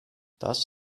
das